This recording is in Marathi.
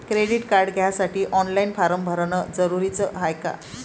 क्रेडिट कार्ड घ्यासाठी ऑनलाईन फारम भरन जरुरीच हाय का?